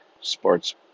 sports